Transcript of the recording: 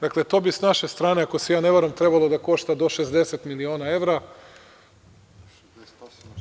Dakle, to bi s naše strane, ako se ne varam, trebalo da košta do 68 miliona evra.